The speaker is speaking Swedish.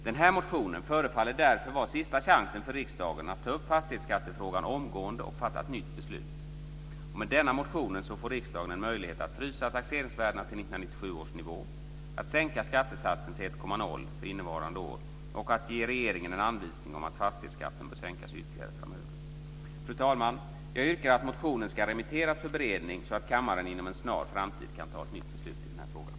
Den här motionen förefaller därför vara sista chansen för riksdagen att ta upp fastighetsskattefrågan omgående och fatta ett nytt beslut. Med denna motion får riksdagen en möjlighet att frysa taxeringsvärdena till 1997 års nivå, att sänka skattesatsen till 1,0 för innevarande år och att ge regeringen en anvisning om att fastighetsskatten bör sänkas ytterligare framöver. Fru talman! Jag yrkar att motionen ska remitteras för beredning, så att kammaren inom en snar framtid kan fatta ett nytt beslut i den här frågan.